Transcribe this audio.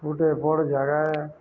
ଗୋଟେ ବଡ଼ ଜାଗା